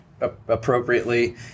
appropriately